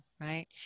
right